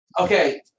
Okay